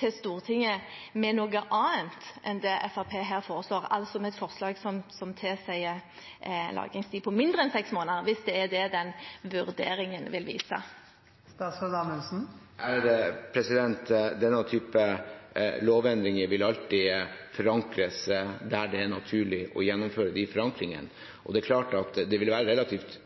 til Stortinget med noe annet enn det Fremskrittspartiet her foreslår – altså med et forslag som tilsier en lagringstid på mindre enn seks måneder, hvis det er det den vurderingen vil vise? Denne typen lovendringer vil alltid forankres der det er naturlig å gjennomføre forankringen. Det vil klart være relativt unaturlig for regjeringen å fremme et lovforslag som tilsier at vi bryter internasjonale konvensjoner. Det vil